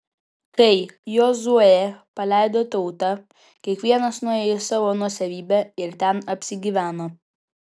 kai jozuė paleido tautą kiekvienas nuėjo į savo nuosavybę ir ten apsigyveno